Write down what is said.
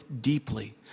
deeply